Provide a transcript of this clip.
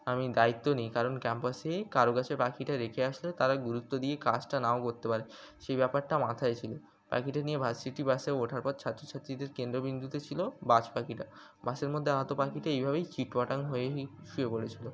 আমি দায়িত্ব নিই কারণ ক্যাম্পাসে কারো কাছে পাখিটা রেখে আসলে তারা গুরুত্ব দিয়ে কাজটা নাও করতে পারে সেই ব্যাপারটা মাথায় ছিল পাখিটা নিয়ে বাস সিটি বাসে ওঠার পর ছাত্রছাত্রীদের কেন্দ্রবিন্দুতে ছিল বাস পাখিটা বাসের মধ্যে আহত পাখিটা এই ভাবেই চিৎপটাং হয়ে শুয়ে পড়েছিল